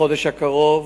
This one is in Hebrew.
בחודש הקרוב,